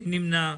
מי נמנע?